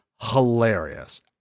hilarious